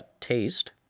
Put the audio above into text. taste